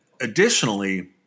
additionally